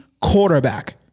quarterback